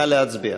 נא להצביע.